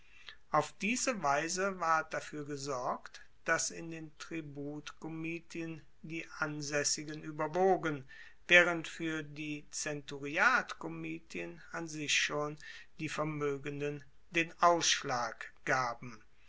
auf diese weise ward dafuer gesorgt dass in den tributkomitien die ansaessigen ueberwogen waehrend fuer die zenturiatkomitien an sich schon die vermoegenden den ausschlag gaben